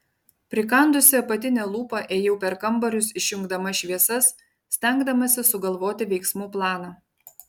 prikandusi apatinę lūpą ėjau per kambarius išjungdama šviesas stengdamasi sugalvoti veiksmų planą